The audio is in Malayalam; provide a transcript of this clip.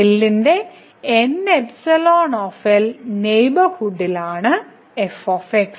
L ന്റെ Nϵ നെയ്ബർഹുഡിൽ ആണ് f